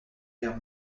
guerre